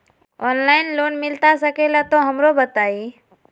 Online loan मिलता सके ला तो हमरो बताई?